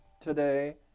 today